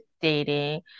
dating